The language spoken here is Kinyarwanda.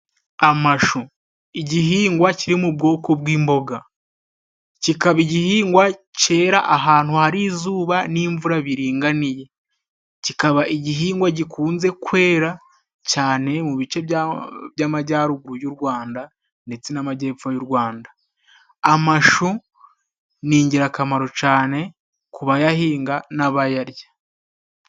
Amashu igihingwa kiri mu bwoko bw'imboga, kikaba igihingwa cyera ahantu hari izuba n'imvura biringaniye, kikaba igihingwa gikunze kwera cyane mu bice by'amajyaruguru y'u Rwanda ndetse n'amajyepfo y'u Rwanda. Amashu ni ingirakamaro cyane ku bayahinga n'abayarya.